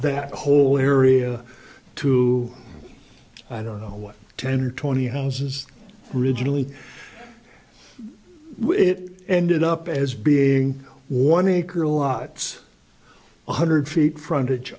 that whole area to i don't know ten or twenty houses originally it ended up as being one acre lots one hundred feet frontage